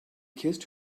kissed